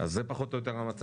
זה פחות או יותר המצב.